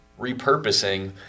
repurposing